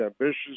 ambitious